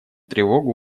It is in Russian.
тревогу